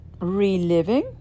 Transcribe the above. reliving